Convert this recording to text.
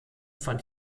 fand